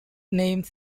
names